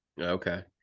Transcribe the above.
Okay